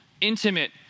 intimate